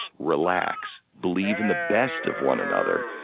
relax, believe in the best of one another,